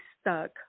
stuck